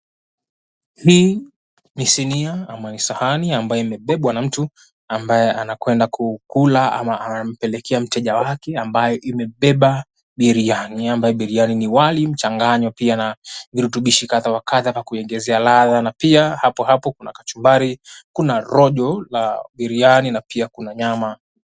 Hii ni sinia ama ni sahani, ambayo imebebwa na mtu ambaye anakwenda kukula ama anampelekea mteja wake ambaye imebeba biriani. Ambaye biriani ni wali imechanganywa pia na virutubishi kadha wa kadha, na kuiongezea ladha. Na pia hapo hapo kuna kachumbari, kuna rojo la biriani, na pia kuna nyama.